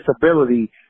disability